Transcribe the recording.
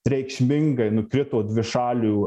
reikšmingai nukrito dvišalių